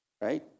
Right